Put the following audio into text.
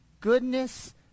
goodness